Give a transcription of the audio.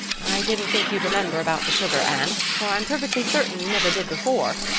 i didn't think you'd remember about the sugar, anne, for i'm perfectly certain you never did before.